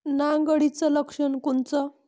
नाग अळीचं लक्षण कोनचं?